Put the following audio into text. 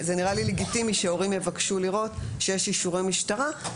זה נראה לי לגיטימי שהורים יבקשו לראות שיש אישורי משטרה,